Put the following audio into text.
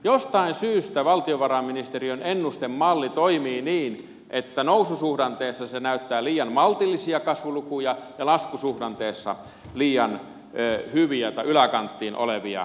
jostain syystä valtiovarainministeriön ennustemalli toimii niin että noususuhdanteessa se näyttää liian maltillisia kasvulukuja ja laskusuhdanteessa liian hyviä tai yläkanttiin olevia lukuja